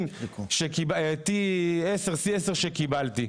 ל-T10/C10 שקיבלתי.